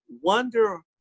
wonder